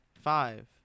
Five